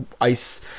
ice